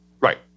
Right